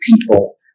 people